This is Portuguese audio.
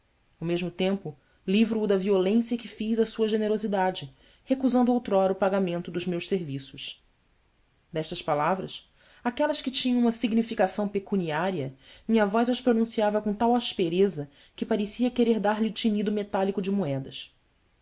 ao mesmo tempo livro o da violência que fiz à sua generosidade recusando outrora o pagamento dos meus serviços destas palavras aquelas que tinham uma significação pecuniária minha voz as pronunciava com tal aspereza que parecia querer dar-lhes o tinido metálico de moedas